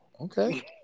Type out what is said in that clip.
okay